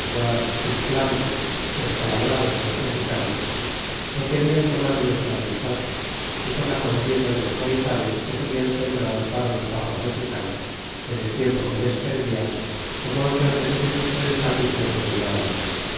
guaxutlan descalabrados de los mexicanos porque habian tomado nuestra amistad y por la contienda de los maizales que solían sembrar para los papas mexicanos en el tiempo que les servian como otras veces he dicho en el capitulo que dello habla